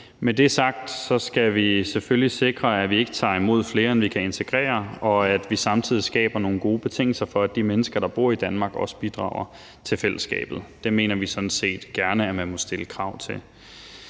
Med det sagt skal vi selvfølgelig sikre, at vi ikke tager imod flere, end vi kan integrere, og at vi samtidig skaber nogle gode betingelser for, at de mennesker, der bor i Danmark, også bidrager til fællesskabet. Dem mener vi sådan set gerne at man må stille krav til.